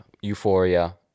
Euphoria